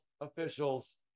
officials